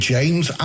James